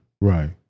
Right